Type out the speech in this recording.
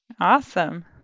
Awesome